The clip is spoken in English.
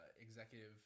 executive